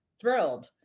thrilled